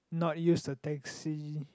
not use a taxi